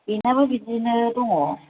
बेनाबो बिदिनो दङ